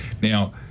Now